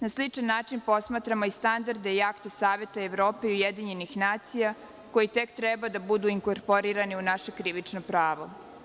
Na sličan način posmatramo i standarde i akte Saveta Evrope i UN, koji tek treba da budu inkorporirani u naše krivično pravo.